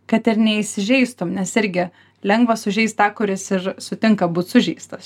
kad ir neįsižeistum nes irgi lengva sužeist tą kuris ir sutinka būt sužeistas